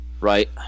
Right